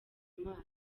imana